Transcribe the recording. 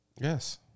Yes